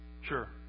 Sure